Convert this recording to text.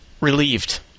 relieved